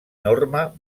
norma